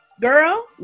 girl